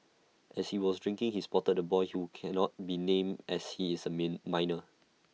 as he was drinking he spotted the boy who cannot be named as he is A mean minor